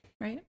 Right